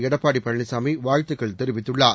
எடப்பாடி பழனிசாமி வாழ்த்துக்கள் தெரிவித்துள்ளார்